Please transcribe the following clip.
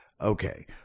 okay